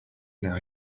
now